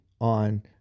on